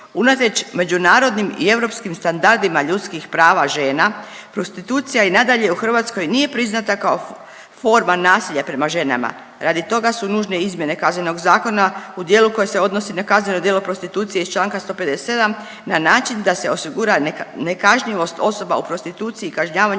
Unatoč međunarodnim i europskim standardima ljudskih prava žena prostitucija i nadalje u Hrvatskoj nije priznata kao forma nasilja prema ženama. Radi toga su nužne izmjene Kaznenog zakona u dijelu koje se odnosi na kazneno djelo prostitucije iz članka 157. na način da se osigura nekažnjivost osoba u prostituciji i kažnjavanje